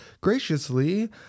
graciously